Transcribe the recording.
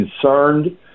concerned